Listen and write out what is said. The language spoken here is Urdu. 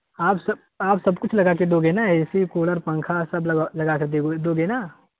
آپ سب آپ سب کچھ لگا کے دو گے نا اے سی کولر پنکھا سب لگا کے دو گے نا